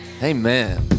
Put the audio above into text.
Amen